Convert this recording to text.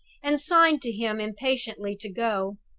and signed to him impatiently to go.